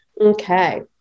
Okay